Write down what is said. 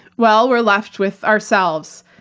well, we're left with ourselves.